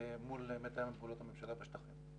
מול מתאם פעולות הממשלה בשטחים.